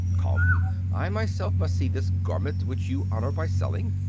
come i myself must see this garment which you honor by selling.